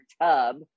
tub